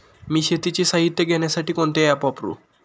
मी शेतीचे साहित्य घेण्यासाठी कोणते ॲप वापरु?